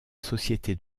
société